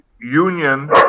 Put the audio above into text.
union